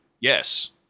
yes